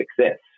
success